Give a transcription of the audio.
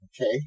Okay